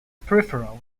peripheral